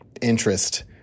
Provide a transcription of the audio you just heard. interest